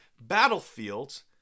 battlefields